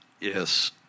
Yes